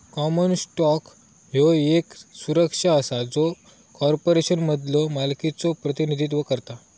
common stock ह्यो येक सुरक्षा असा जो कॉर्पोरेशनमधलो मालकीचो प्रतिनिधित्व करता